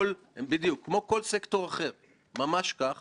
הם מבינים שזה מקום שחשוב שדעתם בו תישמע,